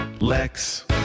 Lex